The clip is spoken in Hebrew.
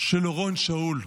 של אורון שאול.